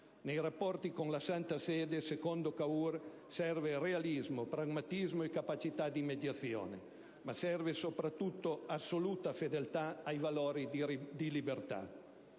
Nei rapporti con la Santa Sede, secondo Cavour serve realismo, pragmatismo e capacità di mediazione. Ma serve soprattutto assoluta fedeltà ai valori di libertà.